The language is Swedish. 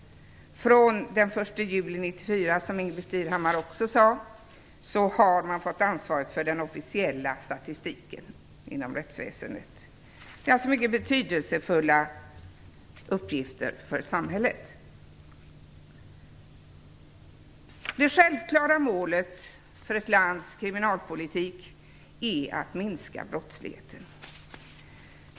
Från den 1 juli 1994 har man fått ansvaret för den officiella statistiken inom rättsväsendet. Det är alltså mycket betydelsefulla uppgifter från samhällets synpunkt. Det självklara målet för ett lands kriminalpolitik är att minska brottsligheten.